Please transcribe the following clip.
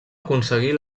aconseguir